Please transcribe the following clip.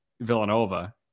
Villanova